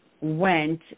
went